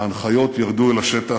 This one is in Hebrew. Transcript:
ההנחיות ירדו אל השטח.